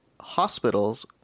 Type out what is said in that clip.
hospitals